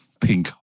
pink